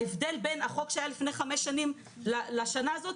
ההבדל בין החוק שהיה לפני חמש שנים לשנה הזאת,